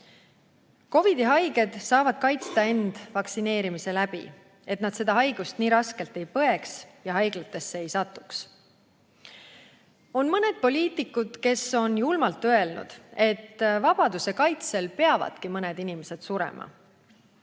COVID‑i haiged aga saavad end kaitsta vaktsineerimisega, et nad seda haigust nii raskelt ei põeks ja haiglatesse ei satuks. On mõned poliitikud, kes on julmalt öelnud, et vabaduse kaitsel peavadki mõned inimesed surema.